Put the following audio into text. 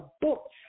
books